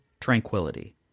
tranquility